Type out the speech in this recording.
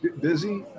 busy